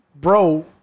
bro